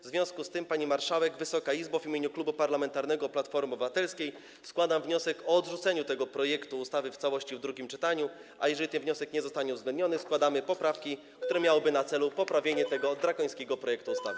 W związku z tym, pani marszałek, Wysoka Izbo, w imieniu Klubu Parlamentarnego Platforma Obywatelska składam wniosek o odrzuceniu tego projektu ustawy w całości w drugim czytaniu, a jeżeli ten wniosek nie zostanie uwzględniony, składamy poprawki, które mają na celu poprawienie tego drakońskiego projektu ustawy.